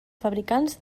fabricants